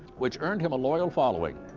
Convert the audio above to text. which earned him a loyal following.